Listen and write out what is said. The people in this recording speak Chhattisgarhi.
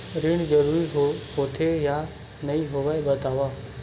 ऋण जरूरी होथे या नहीं होवाए बतावव?